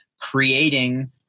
creating